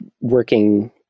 working